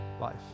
life